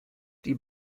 die